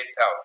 out